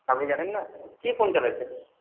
আপনি জানেন না কী ফোন চালাচ্ছেন